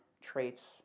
traits